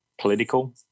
political